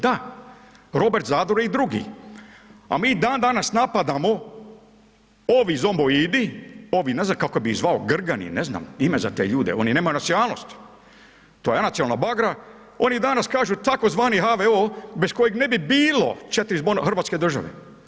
Da, Robert Zadro i drugi, a mi dan danas napadamo, ovi zomboidi, ovi, ne znam kako bi ih zvao, grgani, ne znam ime za te ljude, oni nemaju nacionalnost, to je anacionalna bagra, oni danas kažu tzv. HVO bez kojeg ne bi bilo 4 … [[Govornik se ne razumije]] hrvatske države.